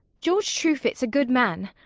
george triiefit's a good man.